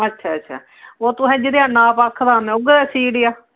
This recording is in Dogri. अच्छा अच्छा ओह् जेह्ड़ा नाप आक्खे दा हा में उ'ऐ सीह् ओड़ेआ